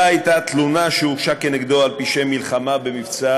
אני מקשיב בקשב